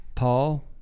Paul